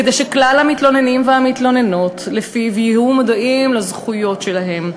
כדי שכלל המתלוננים והמתלוננות לפיו יהיו מודעים לזכויות שלהם.